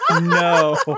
No